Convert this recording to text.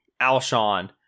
Alshon